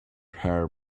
hair